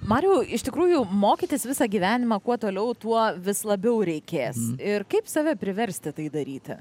mariau iš tikrųjų mokytis visą gyvenimą kuo toliau tuo vis labiau reikės ir kaip save priversti tai daryti